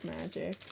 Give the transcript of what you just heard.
magic